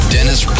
Dennis